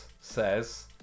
says